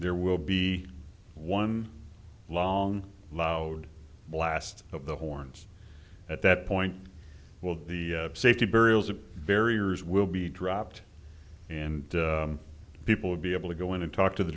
there will be one long loud blast of the horns at that point well the safety burials of barriers will be dropped and people will be able to go in and talk to the